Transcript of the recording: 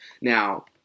Now